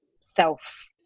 self